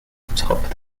atop